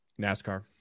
NASCAR